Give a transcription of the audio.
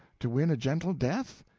to win a gentle death?